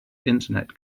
internet